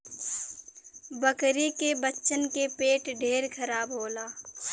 बकरी के बच्चन के पेट ढेर खराब होला